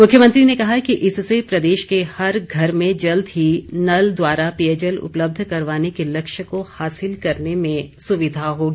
मुख्यमंत्री ने कहा इससे प्रदेश के हरघर में जल्द ही नल द्वारा पेयजल उपलब्ध करवाने के लक्षय को हासिल करने में सुविधा होगी